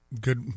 Good